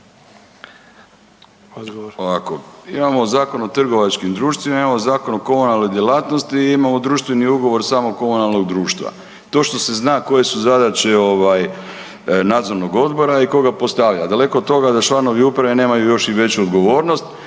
Ovako, imamo Zakon o trgovačkim društvima, imamo Zakon o komunalnoj djelatnosti i imamo društveni ugovor o samom komunalnog društva, to što se zna koje su zadaće nadzornog odbora i ko ga postavlja. Daleko od toga da članovi uprave nemaju još i veću odgovornost,